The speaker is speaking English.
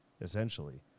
essentially